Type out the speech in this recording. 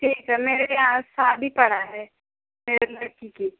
ठीक है मेरे यहाँ शादी पड़ी है मेरे लड़की की